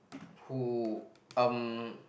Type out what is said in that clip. who um